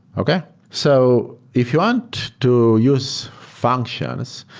okay? so if you want to use functions,